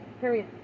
period